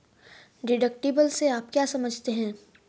Deductible से आप क्या समझते हैं?